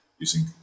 using